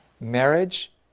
marriage